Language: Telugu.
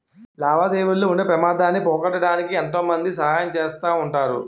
లావాదేవీల్లో ఉండే పెమాదాన్ని పోగొట్టడానికి ఎంతో మంది సహాయం చేస్తా ఉంటారు